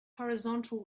horizontal